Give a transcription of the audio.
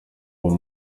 uwo